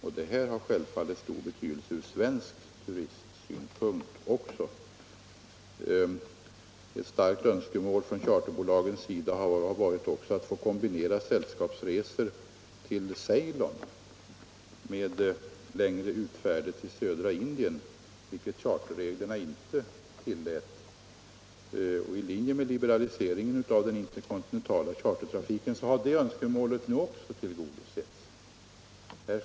Detta har självfallet stor betydelse också ur svensk turistsynpunkt. Ett starkt önskemål från charterbolagens sida har varit att få kombinera sällskapsresor till Ceylon med längre utfärder till södra Indien, vilket charterreglerna inte tillät. I linje med liberaliseringen av reglerna för den interkontinentala chartertrafiken har också det önskemålet tillgodosetts.